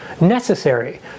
necessary